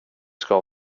ska